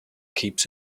keeps